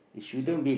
so